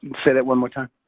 say that one more time.